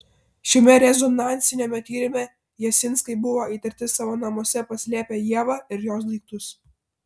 šiame rezonansiniame tyrime jasinskai buvo įtarti savo namuose paslėpę ievą ir jos daiktus